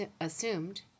assumed